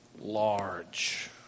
large